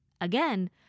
Again